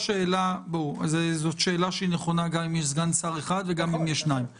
שאלה שהיא נכונה גם אם יש סגן שר אחד וגם אם יש שני סגני שרים.